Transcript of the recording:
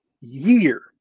year